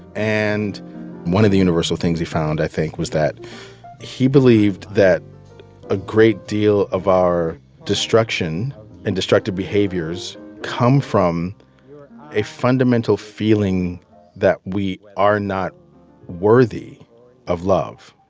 and one of the universal things he found, i think, was that he believed that a great deal of our destruction and destructive behaviors come from a fundamental feeling that we are not worthy of love,